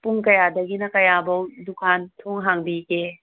ꯄꯨꯡ ꯀꯌꯥꯗꯒꯤꯅ ꯀꯌꯥꯐꯥꯎ ꯗꯨꯀꯥꯟ ꯊꯣꯡ ꯍꯥꯡꯕꯤꯒꯦ